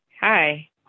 Hi